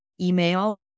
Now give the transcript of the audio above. email